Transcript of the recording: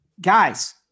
guys